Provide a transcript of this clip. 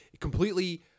completely